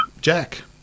Jack